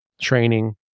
training